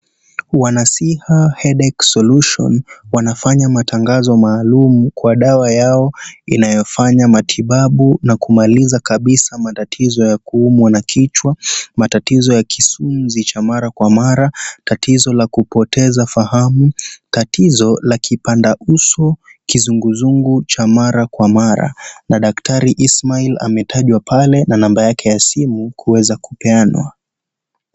Wanasiha Headache solution wanafanya matangazo maalum kwa dawa yao inayofanya matibabu na kumaliza kabisa tatizo la kuumwa na kichwa, matatizo ya kisunzi cha mara kwa mara, tatizo la kupoteza fahamu, tatizo la kibanda uso, kuzunguzungu cha mara kwa mara na daktari Ishmael ametajwa pale na nambari ya simu kuweza kupeanwa.